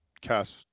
cast